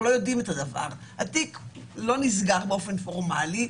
אנחנו לא יודעים את הדבר והתיק לא נסגר באופן פורמלי.